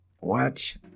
watch